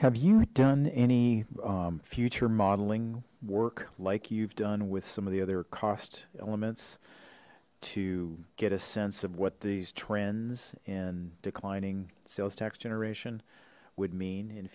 have you done any future modeling work like you've done with some of the other cost elements to get a sense of what these trends and declining sales tax generation would mean in